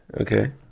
Okay